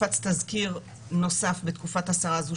הופץ תזכיר נוסף בתקופת השרה הזאת,